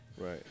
right